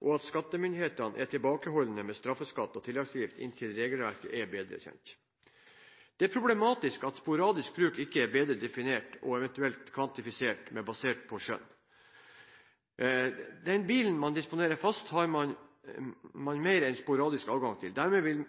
og om skattemyndighetene bør være tilbakeholdne med straffeskatt og tilleggsavgift inntil regelverket er bedre kjent. Det er problematisk at «sporadisk bruk» ikke er bedre definert og eventuelt kvantifisert, men basert på skjønn. Den bilen man disponerer fast, har man mer enn sporadisk adgang til, dermed vil